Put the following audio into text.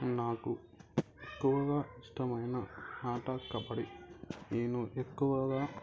నాకు ఎక్కువగా ఇష్టమైన ఆట కబడీ నేను ఎక్కువగా